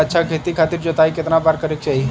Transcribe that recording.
अच्छा खेती खातिर जोताई कितना बार करे के चाही?